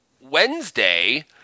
Wednesday